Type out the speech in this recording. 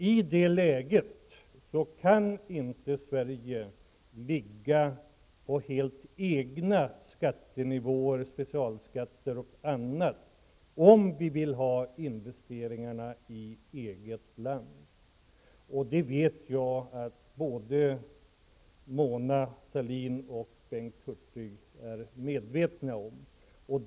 I det läget kan Sverige inte ligga på helt egna skattenivåer, med specialskatter m.m., om vi vill ha investeringarna i vårt eget land. Jag vet att både Mona Sahlin och Bengt Hurtig är medvetna om det.